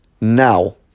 Now